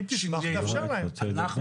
אם תשמח תאפשר להן.